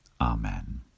Amen